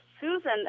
Susan